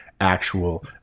actual